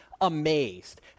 amazed